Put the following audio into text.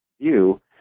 view